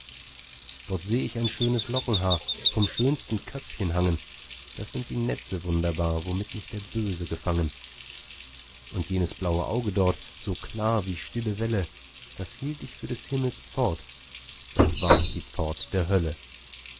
dort seh ich ein schönes lockenhaar vom schönsten köpfchen hangen das sind die netze wunderbar womit mich der böse gefangen und jenes blaue auge dort so klar wie stille welle das hielt ich für des himmels pfort doch war's die pforte der hölle